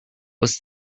was